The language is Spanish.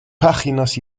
páginas